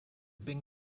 bing